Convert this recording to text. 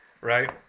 right